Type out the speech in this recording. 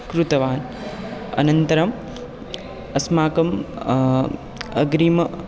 कृतवान् अनन्तरम् अस्माकम् अग्रिमं